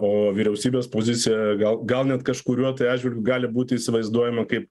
o vyriausybės pozicija gal gal net kažkuriuo tai atžvilgiu gali būti įsivaizduojama kaip